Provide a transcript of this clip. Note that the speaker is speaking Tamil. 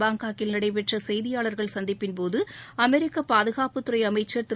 பாங்காக்கில் நடைபெற்ற செய்தியாளர்கள் சந்திப்பின்போது அமெரிக்க பாதுகாப்புத்துறை அமைச்சர் திரு